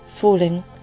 falling